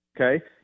okay